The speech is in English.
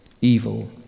evil